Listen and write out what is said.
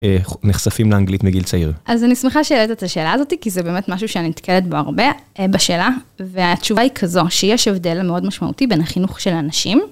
נחשפים לאנגלית מגיל צעיר אז אני שמחה שהעלת את השאלה הזאתי כי זה באמת משהו שאני נתקלת בו הרבה בשאלה, והתשובה היא כזו שיש הבדל מאוד משמעותי בין החינוך של הנשים...